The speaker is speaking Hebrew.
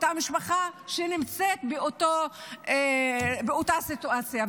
לאותה משפחה שנמצאת באותה סיטואציה.